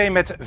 met